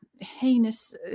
heinous